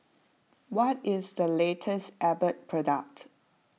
what is the latest Abbott product